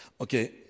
Okay